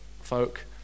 folk